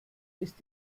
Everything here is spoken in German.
ist